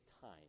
time